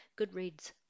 Goodreads